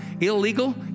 illegal